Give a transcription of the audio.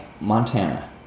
Montana